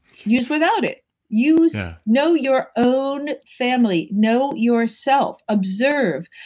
use without it use, ah know your own family. know yourself. observe.